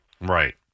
Right